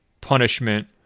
punishment